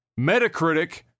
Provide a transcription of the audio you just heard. Metacritic